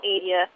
area